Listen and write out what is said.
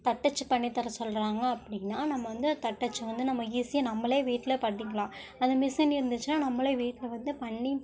தட்டச்சு பண்ணி தர சொல்கிறாங்க அப்படின்னா நம்ம வந்து தட்டச்சு வந்து நம்ம ஈஸியாக நம்மளே வீட்டில் பண்ணிக்கலாம் அதே மிஷின் இருந்துச்சுன்னா நம்மளே வீட்டில் வந்து பண்ணி